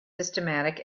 systematic